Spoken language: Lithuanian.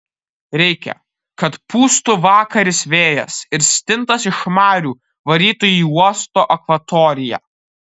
reikia kad pūstų vakaris vėjas ir stintas iš marių varytų į uosto akvatoriją